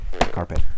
carpet